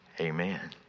Amen